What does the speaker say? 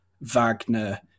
Wagner